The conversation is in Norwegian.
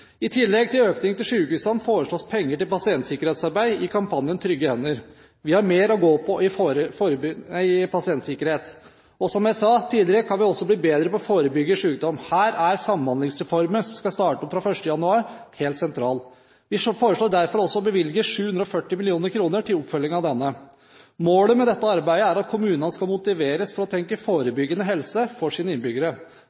I tillegg til økning til sykehusene foreslås penger til pasientsikkerhetsarbeid i kampanjen «I trygge hender». Vi har mer å gå på når det gjelder pasientsikkerhet, og som jeg sa tidligere, kan vi også bli bedre på å forebygge sykdom. Her er Samhandlingsreformen, som skal starte opp fra 1. januar, helt sentral. Vi foreslår derfor også å bevilge 740 mill. kr til oppfølging av denne. Målet med dette arbeidet er at kommunene skal motiveres til å tenke